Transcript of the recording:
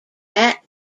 that